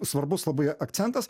svarbus labai akcentas